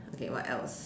okay what else